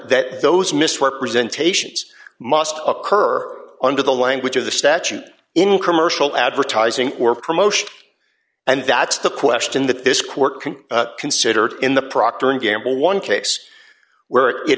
that those misrepresentations must occur under the language of the statute in commercial advertising or promotion and that's the question that this court considered in the procter and gamble one case where